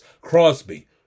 Crosby